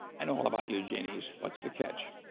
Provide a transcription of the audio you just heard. i know all about you genies. what's the catch?